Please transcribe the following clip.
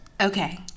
Okay